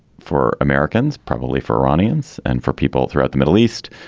for americans, probably for iranians and for people throughout the middle east.